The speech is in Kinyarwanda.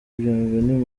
bienvenue